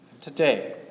Today